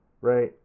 right